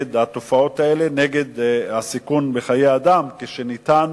נגד התופעות האלה, נגד סיכון חיי אדם, כשניתן